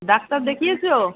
doctor দেখিয়েছো